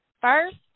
first